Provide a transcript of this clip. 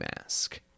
mask